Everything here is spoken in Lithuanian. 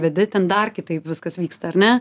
vedi ten dar kitaip viskas vyksta ar ne